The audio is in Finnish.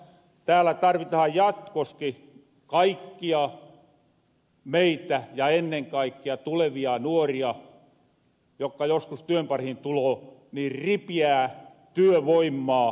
täällä tarvitahan jatkoski kaikkia meitä ja ennen kaikkia tulevia nuoria jokka joskus työn parihin tuloo ripiää työvoimaa